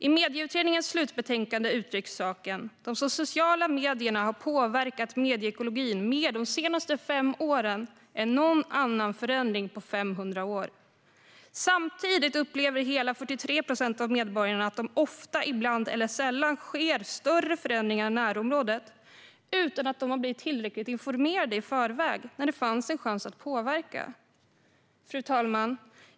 I Medieutredningens slutbetänkande uttrycks saken så här: "De sociala medierna har påverkat medieekologin mer de senaste fem åren än någon annan förändring på 500 år." Samtidigt upplever hela 43 procent av medborgarna att det ofta, ibland eller sällan sker större förändringar i närområdet utan att de blivit tillräckligt informerade i förväg när det fanns en chans att påverka. Fru talman!